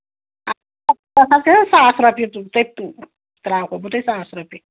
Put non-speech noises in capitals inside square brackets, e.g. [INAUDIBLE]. [UNINTELLIGIBLE] ساس رۄپیہِ [UNINTELLIGIBLE] ترٛاوہو بہٕ تۄہہِ ساس رۄپیہِ